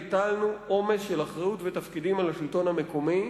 הטלנו עומס של אחריות ותפקידים על השלטון המקומי,